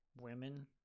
women